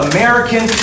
American